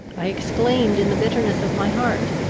i exclaimed, in the bitterness of my heart,